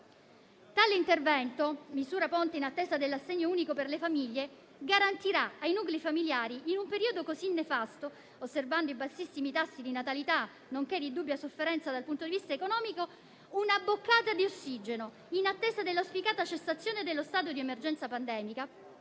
Tale intervento - misura ponte in attesa dell'assegno unico per le famiglie - garantirà ai nuclei familiari, in un periodo così nefasto, osservando i bassissimi tassi di natalità, nonché di dubbia sofferenza dal punto di vista economico, una boccata di ossigeno in attesa dell'auspicata cessazione dello stato di emergenza pandemica